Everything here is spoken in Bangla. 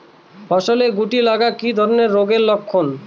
ফসলে শুটি লাগা কি ধরনের রোগের লক্ষণ?